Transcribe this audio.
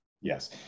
Yes